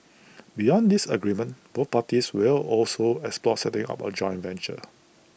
beyond this agreement both parties will also explore setting up A joint venture